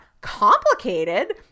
complicated